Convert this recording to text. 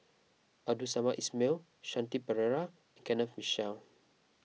Abdul Samad Ismail Shanti Pereira and Kenneth Mitchell